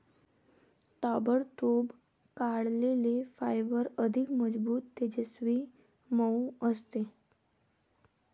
ताबडतोब काढलेले फायबर अधिक मजबूत, तेजस्वी, मऊ असते